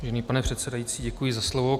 Vážený pane předsedající, děkuji za slovo.